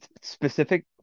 specific